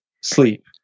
sleep